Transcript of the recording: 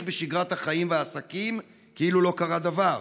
בשגרת החיים והעסקים כאילו לא קרה דבר?